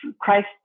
Christ